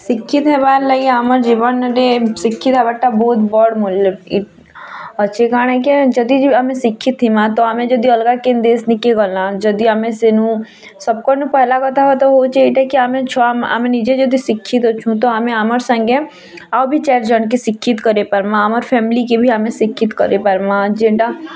ଶିକ୍ଷିତ୍ ହେବାର୍ ଲାଗି ଆମର୍ ଜୀବନ୍ଟି ଶିକ୍ଷିତ୍ ହେବାଟା ବହୁତ୍ ବଡ଼ ମୂଲ୍ୟ ଅଛି କ'ଣ କି ଯଦି ଆମେ ଶିକ୍ଷିତ୍ ଥିବାଁ ତ ଆମେ ଯଦି ଅଲଗା କିନ୍ ଦେଶ୍ ନି କେ ଗଲା ଯଦି ଆମେ ସେନୁ ସବ୍କୋ ନୁ ପେହେଲା କଥା ତ ହଉଛି ଏଇଟା କି ଆମେ ଛୁଆ ଆମେ ନିଜେ ଯଦି ଶିକ୍ଷିତ୍ ଅଛୁଁ ତ ଆମେ ଆମର୍ ସାଙ୍ଗେ ଆଉ ବି ଚାରି ଜଣ ଶିକ୍ଷିତ୍ କରି ପାର୍ବାଁ ଆମର୍ ଫ୍ୟାମିଲି କି ଶିକ୍ଷିତ୍ କରି ପର୍ବାଁ ଯେନ୍ତା